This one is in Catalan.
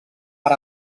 per